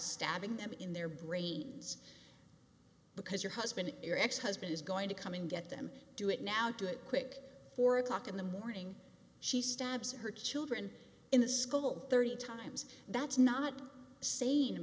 stabbing them in their brains because your husband your ex husband is going to come in get them do it now do it quick four o'clock in the morning she stabs her children in the school thirty times that's not s